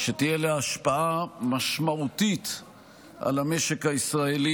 תודה רבה, אדוני השר.